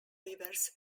rivers